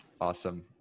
Awesome